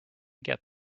get